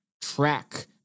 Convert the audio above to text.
track